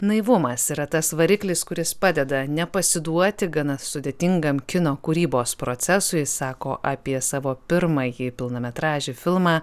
naivumas yra tas variklis kuris padeda nepasiduoti gana sudėtingam kino kūrybos procesui sako apie savo pirmąjį pilnametražį filmą